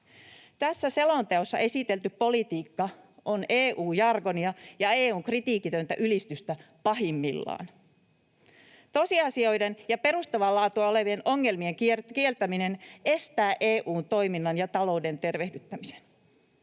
Tässä selonteossa esitelty politiikka on EU-jargonia ja EU:n kritiikitöntä ylistystä pahimmillaan. Tosiasioiden ja perustavaa laatua olevien ongelmien kieltäminen estää EU:n toiminnan ja talouden tervehdyttämisen.